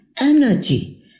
energy